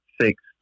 six